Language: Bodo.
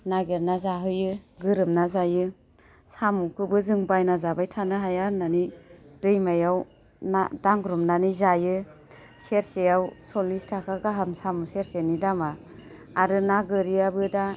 नागिरना जाहोयो गोरोमना जायो साम'खौबो जों बायना जाबाय थानो हाया होन्नानै दैमायाव ना दांग्रोमनानै जायो सेरसेयाव सरलिस थाखा गाहाम साम' सेरसेनि दामा आरो ना गोरियाबो दा